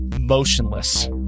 motionless